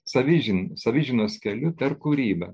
savižiną savižinos keliu per kūrybą